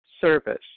service